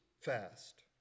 fast